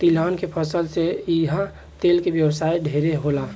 तिलहन के फसल से इहा तेल के व्यवसाय ढेरे होला